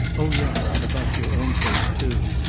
oh yes about your own case too!